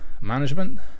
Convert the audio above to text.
management